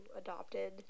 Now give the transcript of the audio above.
adopted